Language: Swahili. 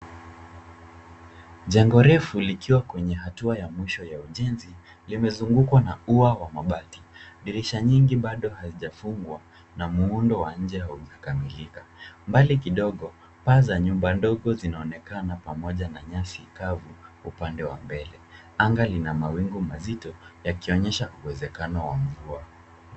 Jengo refu likiwa kwenye hatua ya mwisho ya ujenzi, limezungukwa na ua wa mabati. Dirisha nyingi bado hazijafungwa, na muundo wa nje haujakamilika. Mbali kidogo, paa za nyumba ndogo zinaonekana pamoja na nyasi kavu upande wa mbele. Anga lina mawingu mazito, yakionyesha uwezekano wa mvua.